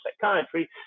Psychiatry